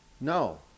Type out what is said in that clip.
No